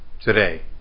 today